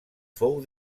fou